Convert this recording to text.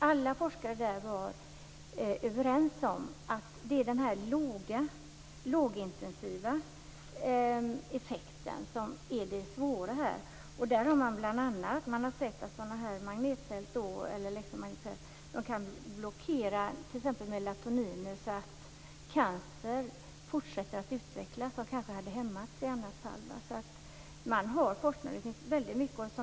Alla forskare där var överens om att det är den lågintensiva effekten som är det svåra. Man har bl.a. sett att elektromagnetfält kan blockera t.ex. melatonin så att cancer fortsätter att utvecklas som kanske hade hämmats i annat fall. Det finns väldigt mycket forskning.